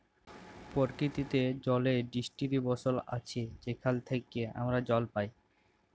পরকিতিতে জলের ডিস্টিরিবশল আছে যেখাল থ্যাইকে আমরা জল পাই